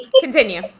Continue